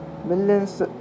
Millions